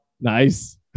Nice